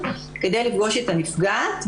כדי לפגוש את הנפגעת,